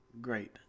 great